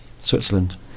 switzerland